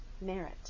merit